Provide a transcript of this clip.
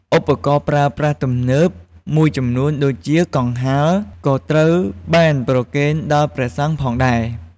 ឧបករណ៍ប្រើប្រាស់ទំនើបមួយចំនួន ដូចជាកង្ហារ ក៏ត្រូវបានប្រគេនដល់ព្រះសង្ឃផងដែរ។